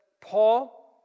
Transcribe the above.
Paul